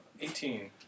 Eighteen